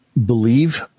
Believe